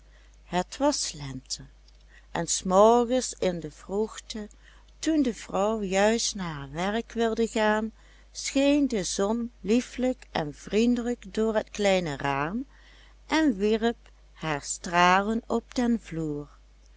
het was lente en s morgens in de vroegte toen de vrouw juist naar haar werk wilde gaan scheen de zon liefelijk en vriendelijk door het kleine raam en wierp haar stralen op den vloer